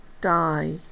die